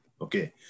Okay